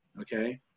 Okay